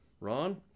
Ron